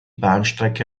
bahnstrecke